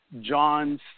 John's